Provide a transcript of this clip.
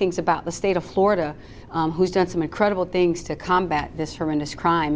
things about the stay florida who's done some incredible things to combat this horrendous crime